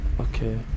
Okay